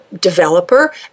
developer